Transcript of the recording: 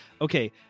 Okay